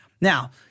Now